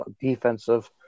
defensive